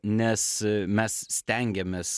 nes mes stengiamės